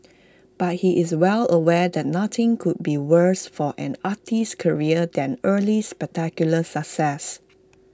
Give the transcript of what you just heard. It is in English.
but he is well aware that nothing could be worse for an artist's career than early spectacular success